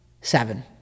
seven